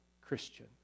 Christian